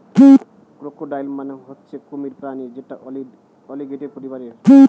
crocodile মানে হচ্ছে কুমির প্রাণী যেটা অলিগেটের পরিবারের